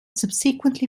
subsequently